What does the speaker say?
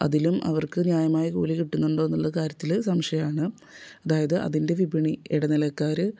അതിലും അവർക്ക് ന്യായമായ കൂലി കിട്ടുന്നുണ്ടോ എന്നുള്ള കാര്യത്തിൽ സംശയമാണ് അതായത് അതിൻ്റെ വിപണി ഇടനിലക്കാർ